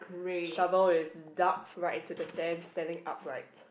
shovel is dug right in to the sand standing up right